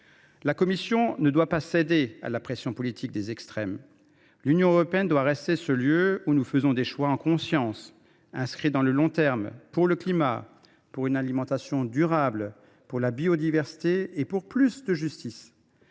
La Commission ne doit pas céder à la pression politique des extrêmes. L’Union européenne doit rester ce lieu où nous faisons en conscience des choix inscrits dans le long terme pour le climat, pour une alimentation durable, pour la biodiversité et pour plus de justice.